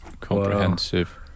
comprehensive